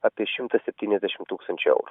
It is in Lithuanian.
apie šimtas septyniasdešimt tūkstančių eurų